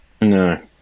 no